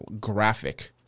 graphic